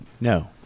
no